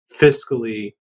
fiscally